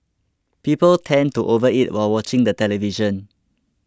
people tend to overeat while watching the television